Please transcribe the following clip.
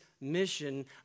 mission